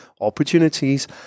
opportunities